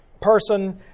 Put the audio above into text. person